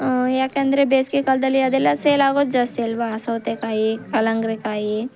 ಏಕೆಂದ್ರೆ ಬೇಸಿಗೆಕಾಲದಲ್ಲಿ ಅದೆಲ್ಲ ಸೇಲ್ ಆಗೋದು ಜಾಸ್ತಿ ಅಲ್ವಾ ಸೌತೆಕಾಯಿ ಕಲ್ಲಂಗ್ಡಿ ಕಾಯಿ